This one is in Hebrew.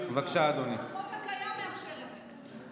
החוק עצמו מאפשר את זה.